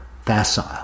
facile